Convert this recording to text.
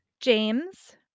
James